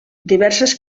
diverses